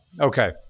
Okay